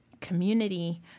community